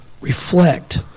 reflect